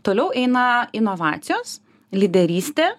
toliau eina inovacijos lyderystė